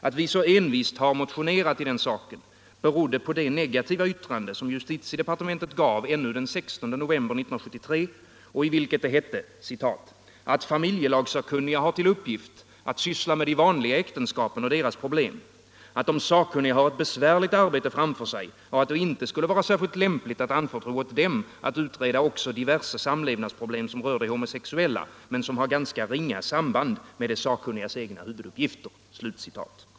Att vi så envist har motionerat i saken berodde på det negativa yttrande som justitiedepartementet gav ännu den 16 november 1973 och i vilket det hette att ”familjelagssakkunniga har till uppgift att syssla med de vanliga äktenskapen och deras problem, att de sakkunniga har ett besvärligt arbete framför sig och att det inte skulle vara särskilt lämpligt att anförtro åt dem att utreda diverse samlevnadsproblem som rör de homosexuella 123 men som har ganska ringa samband med de sakkunnigas egna huvuduppgifter”.